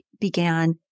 began